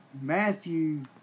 Matthew